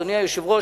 אדוני היושב-ראש,